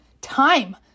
time